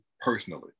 personally